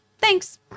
Thanks